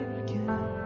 again